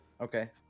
Okay